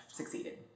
succeeded